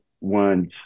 ones